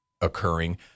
occurring